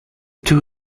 two